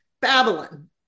Babylon